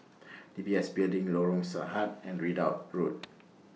D B S Building Lorong Sahad and Ridout Road